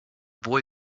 boy